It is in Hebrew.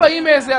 גם